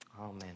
amen